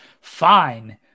fine